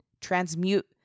Transmute